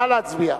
נא להצביע.